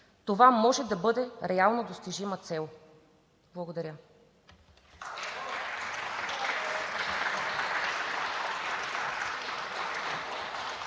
това може да бъде реално достижима цел. Благодаря.